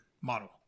model